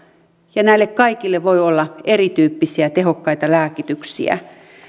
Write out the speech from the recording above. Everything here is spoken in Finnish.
ja näille kaikille voi olla erityyppisiä tehokkaita lääkityksiä